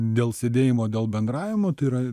dėl sėdėjimo dėl bendravimo tai yra